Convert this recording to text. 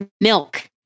milk